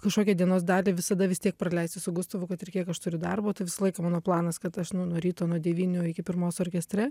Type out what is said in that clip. kažkokią dienos dalį visada vis tiek praleisti su gustavu kad ir kiek aš turiu darbo tai visą laiką mano planas kad aš nu nuo ryto nuo devynių iki pirmos orkestre